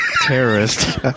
terrorist